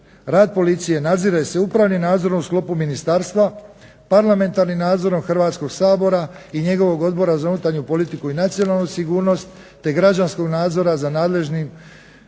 Rad policije nadzire se upravnim nadzorom u sklopu ministarstva, parlamentarnim nadzorom Hrvatskog sabora i njegovog Odbora za unutarnju politiku i nacionalnu sigurnost te građanskog nadzora koji